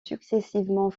successivement